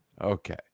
Okay